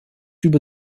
über